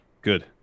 Good